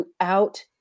throughout